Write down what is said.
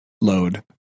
load